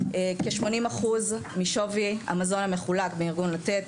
כ-80 אחוז משווי המזון המחולק מארגון לתת,